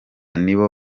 nibo